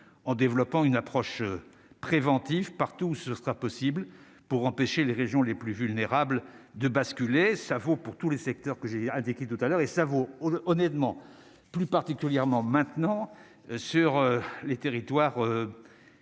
en développant une approche préventive partout où ce sera possible pour empêcher les régions les plus vulnérables de basculer, ça vaut pour tous les secteurs, que j'ai indiqué tout à l'heure et ça vaut honnêtement plus particulièrement maintenant sur les territoires